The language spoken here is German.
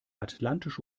atlantische